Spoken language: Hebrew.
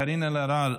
קארין אלהרר,